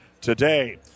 today